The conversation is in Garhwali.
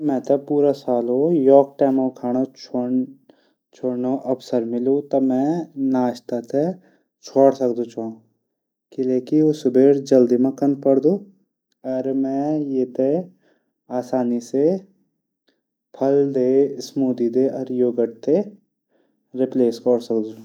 मेथे पूरा सालो एक टाइम कू खांणू अवसर मिलदो त मै नाश्ता थै छोड सकदू छौः। किलेकी ऊ सुबेर जल्दी मा कन पुडदू त मै ये थे फल दे स्मूदी मा रिप्लेस कौर सकदू छौः।